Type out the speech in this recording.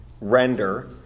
render